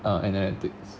uh and analytics